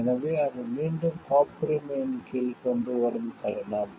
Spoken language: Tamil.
எனவே அது மீண்டும் காப்புரிமையின் கீழ் கொண்டுவரும் தருணம்